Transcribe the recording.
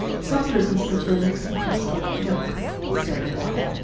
some persons prefer mixing crust with milk instead of water.